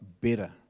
better